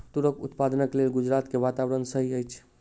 तूरक उत्पादनक लेल गुजरात के वातावरण सही अछि